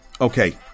Okay